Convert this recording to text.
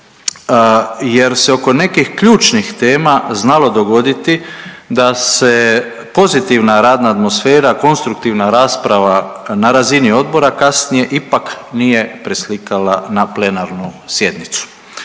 jer se oko nekih ključnih tema znalo dogoditi da se pozitivna radna atmosfera, konstruktivna rasprava na razini odbora kasnije ipak nije preslikala na plenarnu sjednicu.